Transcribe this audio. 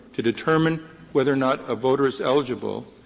to determine whether or not a voter is eligible,